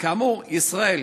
כאמור, ישראל,